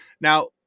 Now